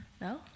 no